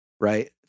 Right